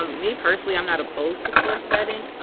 um me, personally, i'm not opposed to sports betting.